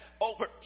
over